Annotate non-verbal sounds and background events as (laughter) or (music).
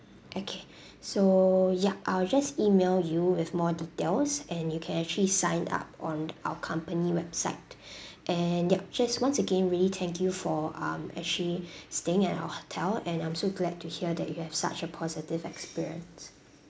okay (breath) so ya I'll just email you with more details and you can actually sign up on our company website (breath) and ya just once again really thank you for um actually (breath) staying at our hotel and I'm so glad to hear that you have such a positive experience